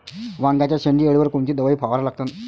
वांग्याच्या शेंडी अळीवर कोनची दवाई फवारा लागन?